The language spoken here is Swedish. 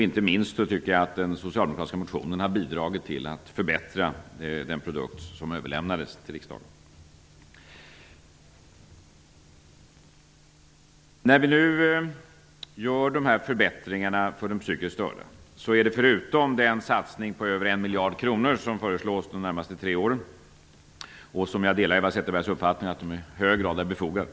Inte minst tycker jag att den socialdemokratiska motionen har bidragit till att förbättra den produkt som överlämnades till riksdagen. De förbättringar för de psykiskt störda som vi nu gör innehåller bl.a. en satsning på över 1 miljard kronor under de närmaste tre åren. Jag delar Eva Zetterbergs uppfattning att den är i hög grad befogad.